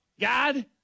God